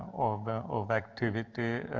of activity,